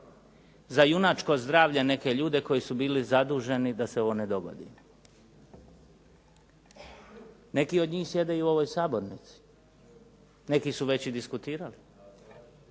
za junačko zdravlje neke ljude koji su bili zaduženi da se ovo ne dogodi. Neki od njih sjede i u ovoj sabornici. Neki su već i diskutirali